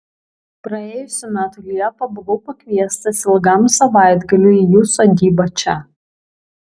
praėjusių metų liepą buvau pakviestas ilgam savaitgaliui į jų sodybą čia